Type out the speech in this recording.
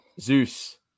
Zeus